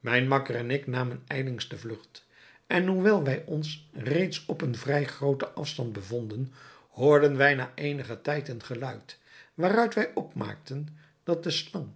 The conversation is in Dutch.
mijn makker en ik namen ijlings de vlugt en hoewel wij ons reeds op een vrij grooten afstand bevonden hoorden wij na eenigen tijd een geluid waaruit wij opmaakten dat de